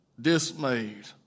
dismayed